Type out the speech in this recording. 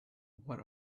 what